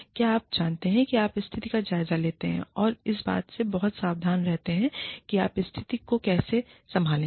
क्या आप जानते हैं कि आप स्थिति का जायजा लेते हैं और इस बात से बहुत सावधान रहते हैं कि आप स्थिति को कैसे संभालेंगे